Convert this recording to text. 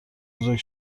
بزرگ